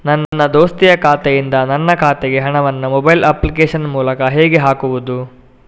ನನ್ನ ದೋಸ್ತಿಯ ಖಾತೆಯಿಂದ ನನ್ನ ಖಾತೆಗೆ ಹಣವನ್ನು ಮೊಬೈಲ್ ಅಪ್ಲಿಕೇಶನ್ ಮೂಲಕ ಹೇಗೆ ಹಾಕುವುದು?